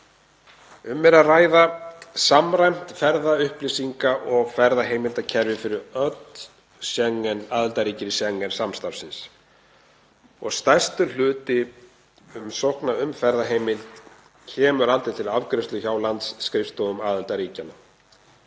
Um er að ræða samræmt ferðaupplýsinga- og ferðaheimildakerfi fyrir öll aðildarríki Schengen-samstarfsins og stærstur hluti umsókna um ferðaheimild kemur aldrei til afgreiðslu hjá landsskrifstofum aðildarríkjanna.